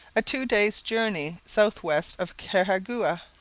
a two-days' journey south-west of carhagouha.